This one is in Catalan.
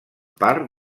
part